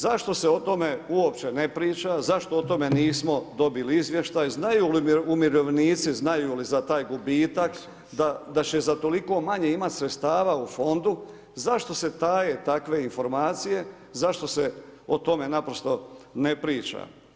Zašto se o tome uopće ne priča, zašto o tome nismo dobili izvještaj, znaju li umirovljenici, znaju li za taj gubitak da će za toliko manje imati sredstava u fondu, zašto se taje takve informacije, zašto se o tome naprosto ne priča?